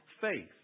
faith